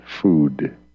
food